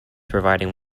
providing